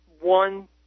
one